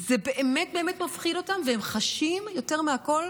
זה באמת באמת מפחיד אותם, והם חשים יותר מכול,